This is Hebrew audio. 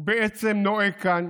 הוא בעצם נוהג כאן